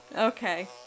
Okay